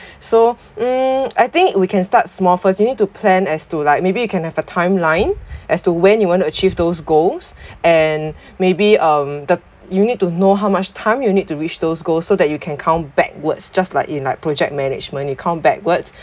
so um I think we can start small first you need to plan as to like maybe you can have a timeline as to when you want to achieve those goals and maybe um th~ you need to know how much time you need to reach those goals so that you can count backwards just like in like project management you count backwards